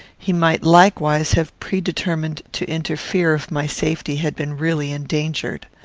he might likewise have predetermined to interfere if my safety had been really endangered.